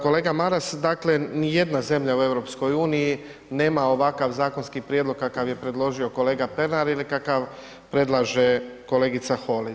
Kolega Maras, dakle nijedna zemlja u EU nema ovakav zakonski prijedlog kakav je predložio kolega Pernar ili kakav predlaže kolegica Holy.